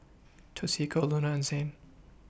Toshiko Luna and Zane